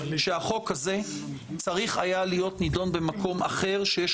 שהחוק הזה צריך היה להיות נדון במקום אחר שיש